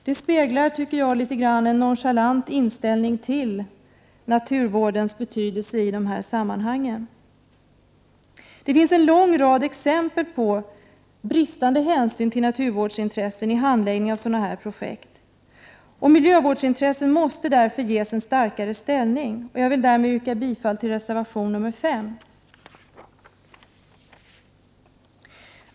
Det speglar en litet nonchalant inställning till naturvårdens betydelse i sammanhanget. Det finns en lång rad exempel på bristande hänsyn till naturvårdsintressen vid handläggningen av sådana projekt. Miljövårdsintressen måste därför ges en starkare ställning. Jag yrkar bifall till reservation nr 5.